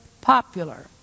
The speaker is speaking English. popular